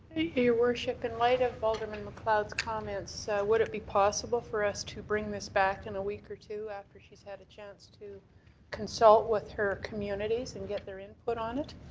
your worship. in light of alderman macleod's comments, would it be possible for us to bring this back in a week or two after she's had a chance to consult with her communities and get their input on it?